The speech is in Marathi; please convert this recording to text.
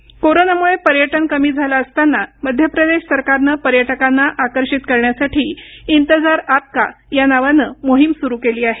मध्यप्रदेश कोरोनामुळे पर्यटन कमी झालं असताना मध्य प्रदेश सरकारनं पर्यटकांना आकर्षित करण्यासाठी इंतजार आपका या नावानं मोहीम सुरु केली आहे